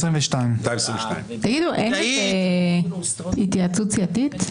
222. אין התייעצות סיעתית?